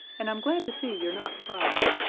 and i'm glad to see you're not crying.